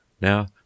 Now